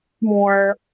more